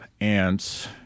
ants